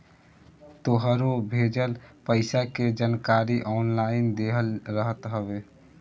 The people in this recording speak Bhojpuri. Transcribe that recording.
तोहरो भेजल पईसा के जानकारी ऑनलाइन देहल रहत हवे